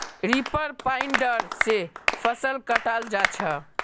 reaper binder से फसल कटाल जा छ